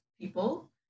people